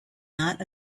not